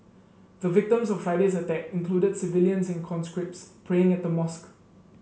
the victims of Friday's attack included civilians and conscripts praying at the mosque